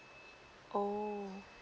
oh